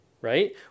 right